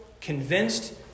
convinced